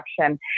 action